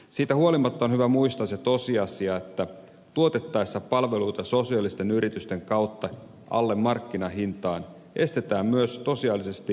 siitä huolimatta on hyvä muistaa se tosiasia että tuotettaessa palveluita sosiaalisten yritysten kautta alle markkinahintaan estetään myös tosiasiallisesti sosiaaliturvan kehittymistä